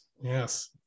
Yes